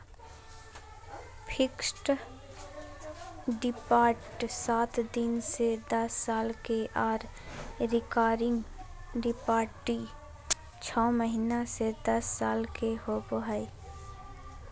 fixed deposit सात दिन से दस साल के आर रेकरिंग डिपॉजिट छौ महीना से दस साल के होबय हय